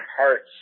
Hearts